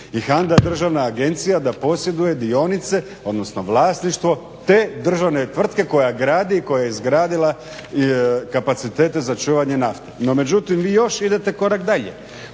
i HANDA državna agencija da posjeduje dionice odnosno vlasništvo te državne tvrtke koja gradi, koja je izgradila kapacitete za čuvanje nafte. No međutim vi još idete korak dalje,